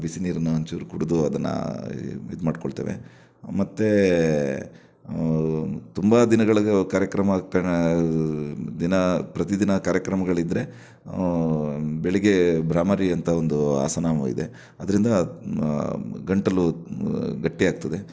ಬಿಸಿ ನೀರನ್ನು ಒಂಚೂರು ಕುಡಿದು ಅದನ್ನು ಇದು ಮಾಡಿಕೊಳ್ತೇವೆ ಮತ್ತೆ ತುಂಬ ದಿನಗಳಿಗೆ ಕಾರ್ಯಕ್ರಮ ಆಗ್ತಾನೆ ದಿನ ಪ್ರತಿದಿನ ಕಾರ್ಯಕ್ರಮಗಳು ಇದ್ದರೆ ಬೆಳಿಗ್ಗೆ ಬ್ರಹ್ಮರಿ ಅಂತ ಒಂದು ಆಸನ ಇದೆ ಅದರಿಂದ ಗಂಟಲು ಗಟ್ಟಿಯಾಗ್ತದೆ